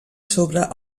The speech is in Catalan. sobre